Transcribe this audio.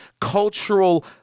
cultural